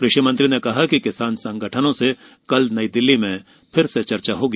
कृषि मंत्री ने कहा कि किसान संगठनों से कल नई दिल्ली में फिर से चर्चा होगी